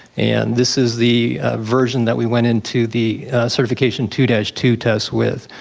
and this is the version that we went into the certification two dash two test with.